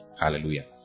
Hallelujah